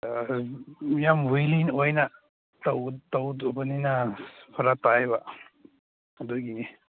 ꯌꯥꯝ ꯋꯤꯜꯂꯤꯟ ꯑꯣꯏꯅ ꯇꯧ ꯇꯧꯗꯕꯅꯤꯅ ꯐꯔꯛ ꯇꯥꯏꯌꯦꯕ ꯑꯗꯨꯒꯤꯅꯤ